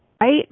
Right